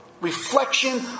Reflection